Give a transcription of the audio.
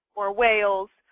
or whales,